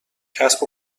کسب